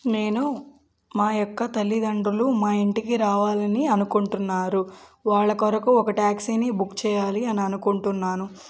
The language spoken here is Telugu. నేను మా యొక్క తల్లిదండ్రులు మా ఇంటికి రావాలి అని అనుకుంటున్నారు వాళ్ళ కొరకు ఒక ట్యాక్సీని బుక్ చేయాలి అని అనుకుంటున్నాను